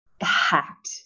hacked